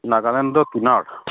নাগালেণ্ডৰ কিনাৰত